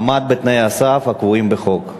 עמד בתנאי הסף הקבועים בחוק.